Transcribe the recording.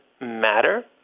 matter